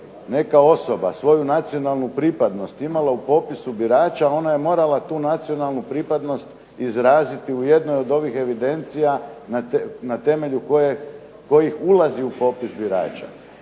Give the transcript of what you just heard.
neka osoba svoju nacionalnu pripadnost imala u popisu birača ona je morala tu nacionalnu pripadnost izraziti u jednoj od ovih evidencija na temelju kojih ulazi u popis birača.